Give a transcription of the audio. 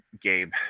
Gabe